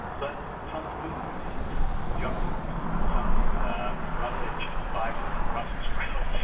but some food is junk food, and some is roughage and fibre and brussels sprouts,